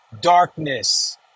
darkness